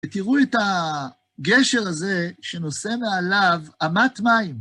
ותראו את הגשר הזה שנושא מעליו אמת מים.